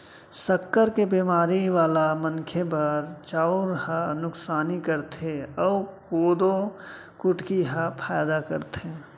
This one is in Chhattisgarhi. सक्कर के बेमारी वाला मनखे बर चउर ह नुकसानी करथे अउ कोदो कुटकी ह फायदा करथे